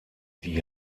die